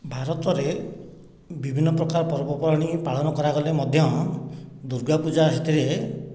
ଭାରତରେ ବିଭିନ୍ନପ୍ରକାରର ପର୍ବପର୍ବାଣି ପାଳନ କରାଗଲେ ମଧ୍ୟ ଦୂର୍ଗା ପୂଜା ସେଥିରେ